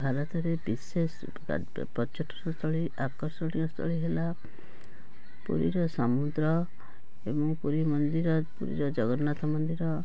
ଭାରତରେ ବିଶେଷ ପର୍ଯ୍ୟଟନସ୍ଥଳୀ ଆକର୍ଷଣୀୟ ସ୍ଥଳୀ ହେଲା ପୁରୀର ସମୁଦ୍ର ଏବଂ ପୁରୀ ମନ୍ଦିର ପୁରୀର ଜଗନ୍ନାଥ ମନ୍ଦିର